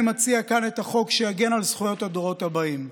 אני מציע כאן את החוק שיגן על זכויות הדורות הבאים.